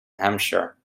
hampshire